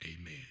amen